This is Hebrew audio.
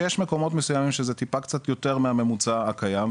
נכון שיש מקומות מסוימים שזה טיפה קצת יותר מהממוצע הקיים,